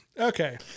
Okay